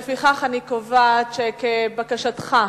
לפיכך אני קובעת שכבקשתך,